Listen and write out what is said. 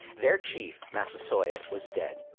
their chief, massasoit, was dead.